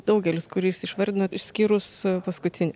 daugelis kurį jūs išvardinot išskyrus paskutinį